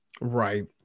right